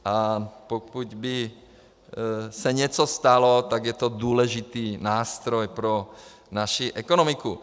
A pokud by se něco stalo, tak je to důležitý nástroj pro naši ekonomiku.